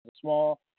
small